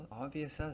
obvious